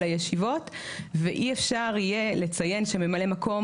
הישיבות ואי אפשר יהיה לציין שממלא מקום,